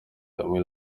hamwe